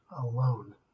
alone